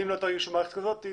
אם לא תגישו במערכת כזאת,